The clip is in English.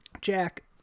Jack